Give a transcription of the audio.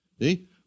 See